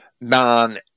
non